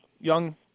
young